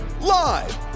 live